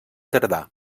tardà